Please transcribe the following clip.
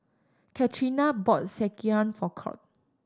Catrina bought Sekihan for Colt